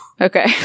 Okay